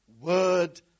word